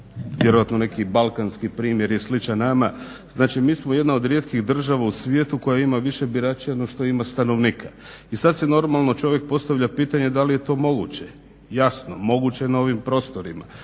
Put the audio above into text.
vjerojatno neki balkanski primjer je sličan nama, znači mi smo jedna od rijetkih država u svijetu koja ima više birača no što ima stanovnika. I sad si normalno čovjek postavlja pitanje da li je to moguće? Jasno, moguće je na ovim prostorima.